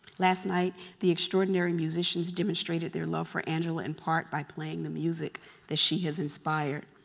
last night, the extraordinary musicians demonstrated their love for angela, in part, by playing the music that she has inspired.